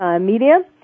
Media